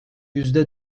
yüzde